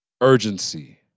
urgency